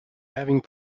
having